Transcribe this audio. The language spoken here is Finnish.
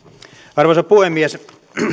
arvoisa puhemies